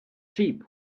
sheep